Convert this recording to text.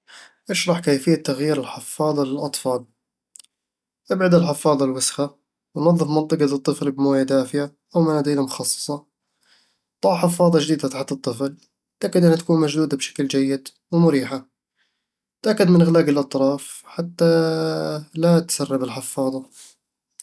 اشرح كيفية تغيير الحفاضة للأطفال. أبعد الحفاضة الوسخة ، ونظّف منطقة الطفل بموية دافية أو مناديل مخصصة ضع حفاضة جديدة تحت الطفل، تأكد إنها تكون مشدودة بشكل جيد ومريحة تأكد من إغلاق الأطراف حتى لا تسرب الحفاضة